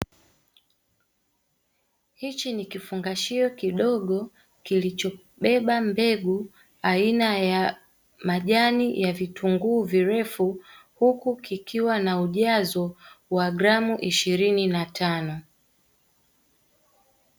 Hiki ni kifungashio kidogo kilichobeba mbegu aina ya majani ya vitunguu virefu, huku kikiwa na ujazo wa gramu ishirini na tano.